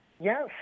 Yes